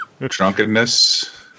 Drunkenness